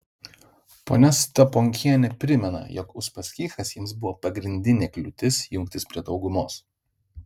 ponia staponkienė primena jog uspaskichas jiems buvo pagrindinė kliūtis jungtis prie daugumos